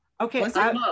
Okay